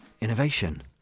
innovation